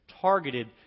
targeted